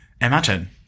imagine